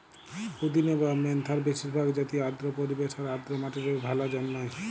পুদিনা বা মেন্থার বেশিরভাগ জাতিই আর্দ্র পরিবেশ আর আর্দ্র মাটিরে ভালা জন্মায়